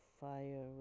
fire